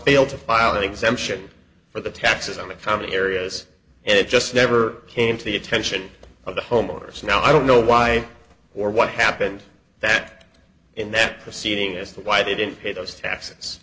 fail to file an exemption for the taxes on the common areas and it just never came to the attention of the homeowners now i don't know why or what happened that in that proceeding as to why i didn't pay those taxes